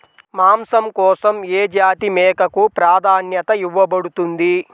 మాంసం కోసం ఏ జాతి మేకకు ప్రాధాన్యత ఇవ్వబడుతుంది?